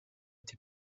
été